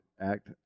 act